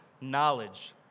knowledge